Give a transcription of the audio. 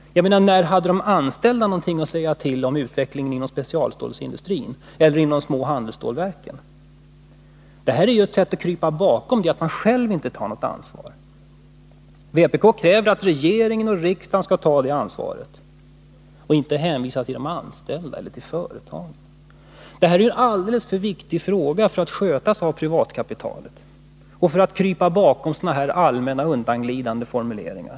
När hade de anställda någonting att säga till om i utvecklingen inom specialstålsindustrin eller i de små handelsstålverken? Det här är ett sätt att försöka dölja att man själv inte tar något ansvar. Vpk kräver att regeringen och riksdagen skall ta det ansvaret och inte hänvisa till de anställda eller till företagen. Det här är en alldeles för viktig sak för att skötas av privatkapitalet. Det går inte att krypa undan ansvaret med allmänna undanglidande formuleringar.